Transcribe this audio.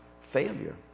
failure